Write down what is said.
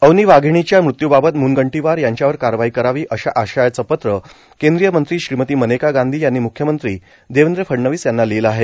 अवनी वाघीणीच्या मृत्यूबाबत म्ंनगंटीवार यांच्यावर कारवाई करावी अशा आशयाच पत्र केंद्रीय मत्री श्रीमती मेनका गांधी यानी म्ख्यमंत्री देवेंद्र फडनवीस याना लिहिले आहे